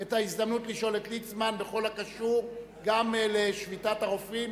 את ההזדמנות לשאול את ליצמן בכל הקשור גם לשביתת הרופאים,